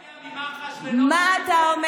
אני מגיע ממח"ש, מה אתה אומר?